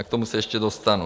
K tomu se ještě dostanu.